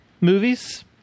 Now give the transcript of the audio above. movies